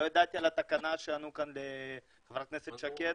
לא ידעתי על התקנה שדיברה עליה חברת הכנסת שקד,